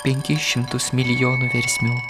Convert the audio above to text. penkis šimtus milijonų versmių